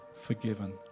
forgiven